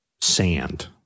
sand